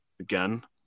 again